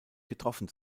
getroffen